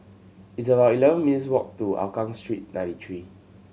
it's about eleven minutes' walk to Hougang Street Ninety Three